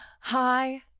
Hi